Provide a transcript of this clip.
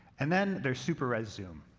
and then there's super res zoom.